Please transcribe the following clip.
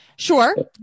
sure